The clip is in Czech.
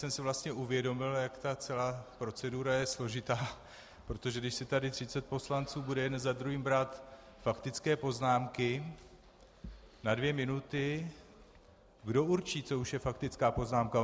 Teď jsem si vlastně uvědomil, jak ta celá procedura je složitá, protože když si tady třicet poslanců bude jeden za druhým brát faktické poznámky na dvě minuty, kdo určí, co už je faktická poznámka?